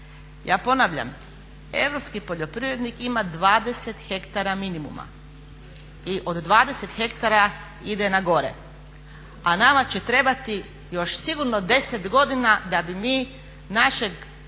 Ja ponavljam europski poljoprivrednik ima 20 hektara minimuma i od 20 hektara ide na gore, a nama će trebati još sigurno 10 godina da bi mi našeg